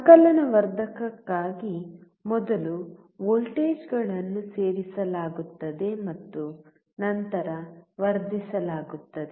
ಸಂಕಲನ ವರ್ಧಕಕ್ಕಾಗಿ ಮೊದಲು ವೋಲ್ಟೇಜ್ಗಳನ್ನು ಸೇರಿಸಲಾಗುತ್ತದೆ ಮತ್ತು ನಂತರ ವರ್ಧಿಸಲಾಗುತ್ತದೆ